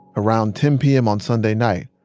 around ten p m. on sunday night,